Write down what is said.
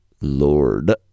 Lord